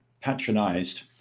patronized